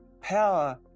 power